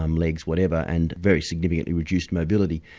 um legs, whatever, and very significantly reduced mobility.